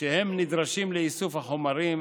שהם נדרשים לאיסוף החומרים,